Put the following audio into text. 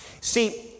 See